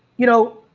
you know,